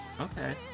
Okay